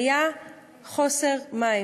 היה חוסר מים.